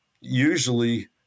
usually